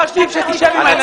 לא עדיף שתשב עם הילדים בבית?